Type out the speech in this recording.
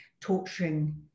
torturing